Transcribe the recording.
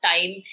time